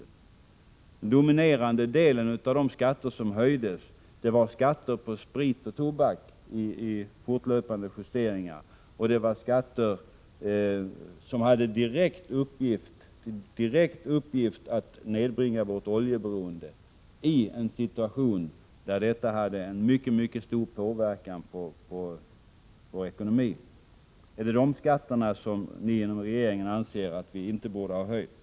Den dominerande delen av de skatter som höjdes utgjordes av skatter på sprit och tobak — det var fråga om fortlöpande justeringar — samt skatter som hade till direkt uppgift att nedbringa vårt oljeberoende i en situation, där detta hade mycket stor inverkan på ekonomin. Är det dessa skatter som ni inom regeringen anser att vi inte borde ha höjt?